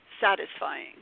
satisfying